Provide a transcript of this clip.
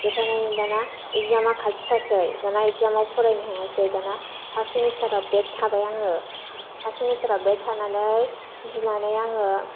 देरहानानै दाना इजामा खाथिथारसै दाना इजामाव फरायनो हायाखिसै दाना फार्स्त सेमिस्टाराव बेक थाबाय आङो फार्स्त सेमिस्टाराव बेक थानानै गिनानै आङो